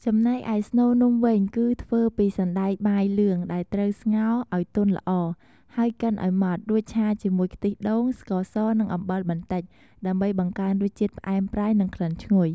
ចំណែកឯ ស្នូលនំ វិញ គឺធ្វើពី សណ្ដែកបាយលឿង ដែលត្រូវស្ងោរឲ្យទុនល្អ ហើយកិនឲ្យម៉ដ្ឋ រួចឆាជាមួយខ្ទិះដូង ស្ករស និង អំបិលបន្តិច ដើម្បីបង្កើនរសជាតិផ្អែមប្រៃ និងក្លិនឈ្ងុយ។